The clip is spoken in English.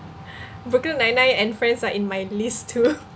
brooklyn nine nine and friends are in my list too